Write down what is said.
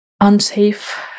unsafe